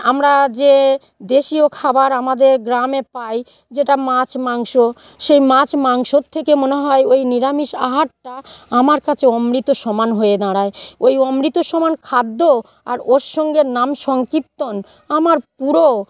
আমরা যে দেশীয় খাবার আমাদের গ্রামে পাই যেটা মাছ মাংস সেই মাছ মাংসর থেকে মনে হয় ঐ নিরামিষ আহারটা আমার কাছে অমৃত সমান হয়ে দাঁড়ায় ঐ অমৃত সমান খাদ্য আর ওর সঙ্গে নাম সংকীর্তন আমার পুরো